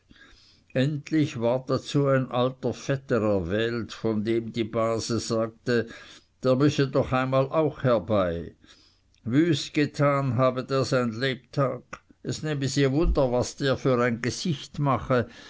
endlich ward dazu ein alter vater erwählt von dem die base sagte der müsse doch einmal auch herbei wüst getan habe der sein lebtag es nehme sie wunder was der für ein gesicht mache